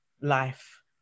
life